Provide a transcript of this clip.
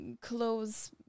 Clothes